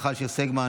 מיכל שיר סגמן,